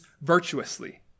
virtuously